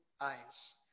eyes